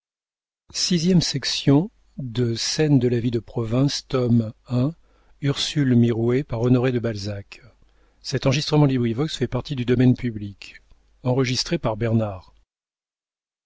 de scène de la vie de province tome i author honoré de balzac